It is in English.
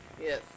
Yes